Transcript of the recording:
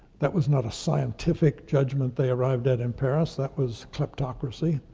that was not a scientific judgment they arrived at in paris. that was kleptocracy.